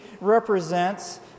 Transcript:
represents